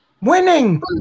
Winning